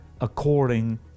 according